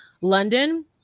London